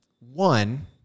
one